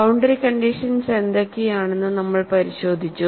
boundary conditions എന്തൊക്കെയാണെന്ന് നമ്മൾ പരിശോധിച്ചു